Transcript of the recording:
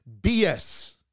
BS